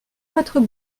votre